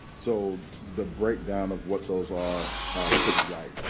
so the breakdown of what those are are to the right.